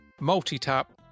multi-tap